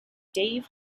dave